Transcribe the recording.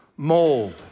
mold